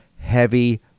heavy